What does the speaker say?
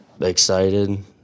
Excited